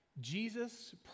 Jesus